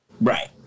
Right